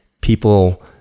people